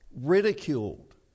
ridiculed